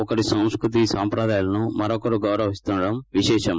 ఒకరి సంస్కృతీ సంప్రదాయాలను మరొకరు గౌరవిస్తుండటం విశేషం